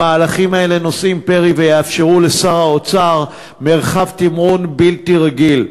המהלכים האלה נושאים פרי ויאפשרו לשר האוצר מרחב תמרון בלתי רגיל.